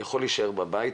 הוא יכול להישאר בבית,